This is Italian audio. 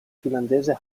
finlandese